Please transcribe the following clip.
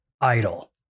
idle